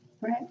Right